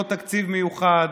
לא תקציב מיוחד,